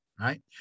right